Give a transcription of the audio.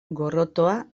gorrotoa